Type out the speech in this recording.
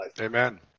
Amen